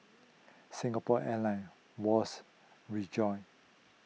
Singapore Airline Wall's Rejoice